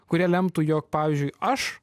kurie lemtų jog pavyzdžiui aš